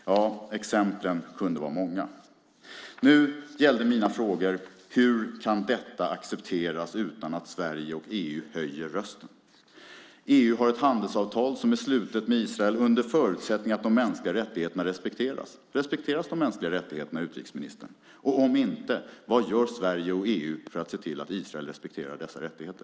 Ja, exemplen kunde vara många. Nu gällde mina frågor hur detta kan accepteras utan att Sverige och EU höjer rösten. EU har ett handelsavtal som är slutet med Israel under förutsättning att de mänskliga rättigheterna respekteras. Respekteras de mänskliga rättigheterna, utrikesministern? Om inte, vad gör Sverige och EU för att se till att Israel respekterar dessa rättigheter?